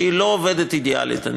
שהיא לא עובדת אידיאלית,